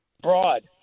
Broad